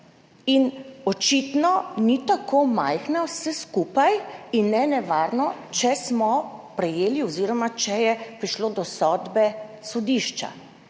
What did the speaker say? in očitno ni tako majhno vse skupaj, in nenevarno, če smo prejeli oziroma če je prišlo do sodbe sodišča